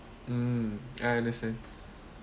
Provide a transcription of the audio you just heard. mm I understand